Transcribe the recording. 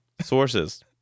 sources